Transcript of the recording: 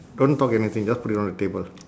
don't talk anything just put it on the table